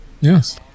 Yes